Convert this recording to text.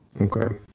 Okay